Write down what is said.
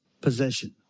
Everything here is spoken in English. possession